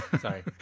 sorry